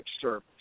service